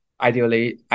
ideally